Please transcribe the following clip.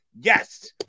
yes